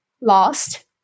lost